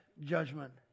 judgment